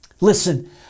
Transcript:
Listen